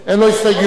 הסתייגויות.